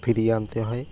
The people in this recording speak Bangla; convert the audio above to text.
ফিরিয়ে আনতে হয়